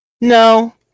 No